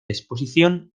exposición